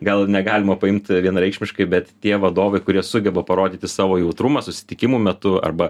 gal negalima paimti vienareikšmiškai bet tie vadovai kurie sugeba parodyti savo jautrumą susitikimų metu arba